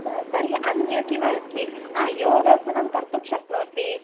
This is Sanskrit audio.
तर्हि अन्य किम् अस्ति हा योगासनं कर्तुं शक्नोति